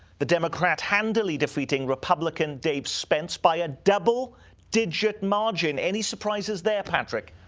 the democrat handily defeating republican dave spence by a double digit margin. any surprises there, patrick?